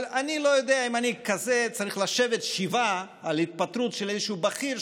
אבל אני לא יודע אם אני צריך לשבת שבעה על התפטרות של איזשהו בכיר,